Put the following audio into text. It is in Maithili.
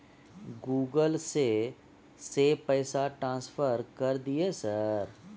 गूगल से से पैसा ट्रांसफर कर दिय सर?